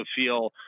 feel